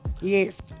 Yes